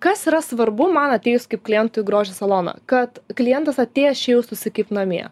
kas yra svarbu man atėjus kaip klientui į grožio saloną kad klientas atėjęs čia jaustųsi kaip namie